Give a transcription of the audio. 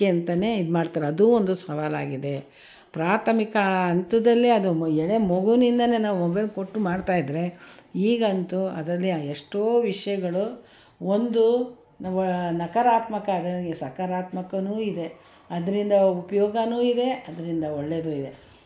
ಅದಕ್ಕೆ ಅಂತಲೇ ಇದು ಮಾಡ್ತಾರೆ ಅದೂ ಒಂದು ಸವಾಲಾಗಿದೆ ಪ್ರಾಥಮಿಕ ಅಂಥದಲ್ಲೇ ಅದು ಎಳೆ ಮಗುವಿಂದಲೇ ನಾವು ಮೊಬೈಲ್ ಕೊಟ್ಟು ಮಾಡ್ತಾ ಇದ್ದರೆ ಈಗಂತೂ ಅದರಲ್ಲಿ ಅ ಎಷ್ಟೋ ವಿಷಯಗಳು ಒಂದು ನವ ನಕಾರಾತ್ಮಕ ಅದು ಸಕಾರಾತ್ಮಕವೂ ಇದೆ ಅದರಿಂದ ಉಪಯೋಗನೂ ಇದೆ ಅದರಿಂದ ಒಳ್ಳೇದೂ ಇದೆ